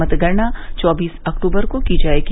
मतगणना चौबीस अक्टूबर को की जाएगी